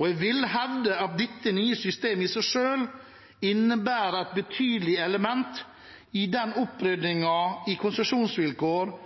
og jeg vil hevde at dette nye systemet i seg selv innebærer et betydelig element i den